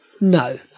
No